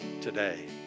today